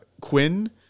Quinn